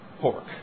pork